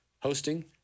hosting